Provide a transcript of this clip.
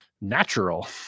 natural